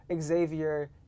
Xavier